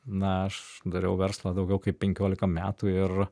na aš dariau verslą daugiau kaip penkiolika metų ir